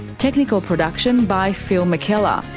technical production by phil mckellar,